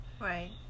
Right